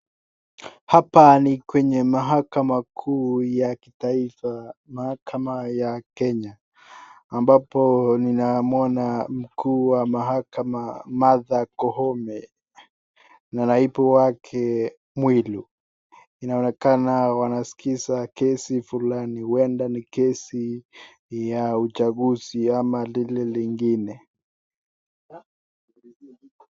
Hapa ni kwenye mahakama kuu ya kitaifa mahakama ya kenya ambapo ninamwona mkuu wa mahakama Martha koome na naibu wake Mwilu , inaoneka wanasikiliza kesi fulani huenda ni kesi ya uchaguzi ama like lingine.